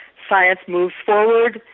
science moves forward,